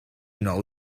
know